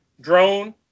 drone